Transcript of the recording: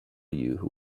you